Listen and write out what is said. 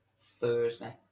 Thursday